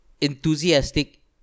enthusiastic